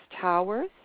Towers